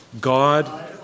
God